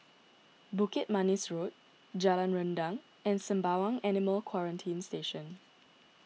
Bukit Manis Road Jalan Rendang and Sembawang Animal Quarantine Station